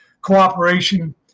cooperation